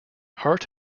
hart